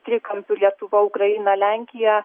trikampiu lietuva ukraina lenkija